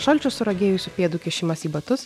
šalčiu suragėjusia pėdų kišimas į batus